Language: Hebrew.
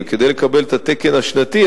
כדי לקבל את התקן השנתי,